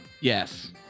Yes